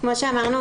כמו שאמרנו,